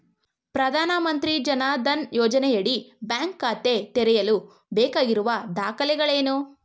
ಪ್ರಧಾನಮಂತ್ರಿ ಜನ್ ಧನ್ ಯೋಜನೆಯಡಿ ಬ್ಯಾಂಕ್ ಖಾತೆ ತೆರೆಯಲು ಬೇಕಾಗಿರುವ ದಾಖಲೆಗಳೇನು?